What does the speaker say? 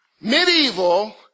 medieval